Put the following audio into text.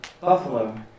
Buffalo